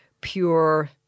pure